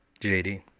JD